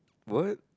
what